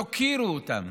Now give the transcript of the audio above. תוקירו אותם,